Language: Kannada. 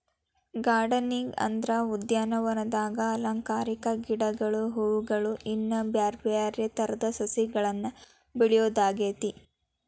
ಗಾರ್ಡನಿಂಗ್ ಅಂದ್ರ ಉದ್ಯಾನವನದಾಗ ಅಲಂಕಾರಿಕ ಗಿಡಗಳು, ಹೂವುಗಳು, ಇನ್ನು ಬ್ಯಾರ್ಬ್ಯಾರೇ ತರದ ಸಸಿಗಳನ್ನ ಬೆಳಿಯೋದಾಗೇತಿ